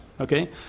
okay